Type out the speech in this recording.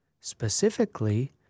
Specifically